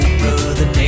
brother